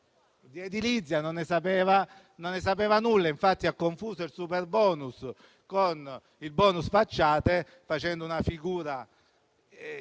edilizia non ne sapeva nulla e, infatti, ha confuso il superbonus con il bonus facciate, facendo una figura